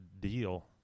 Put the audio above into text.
Deal